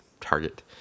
target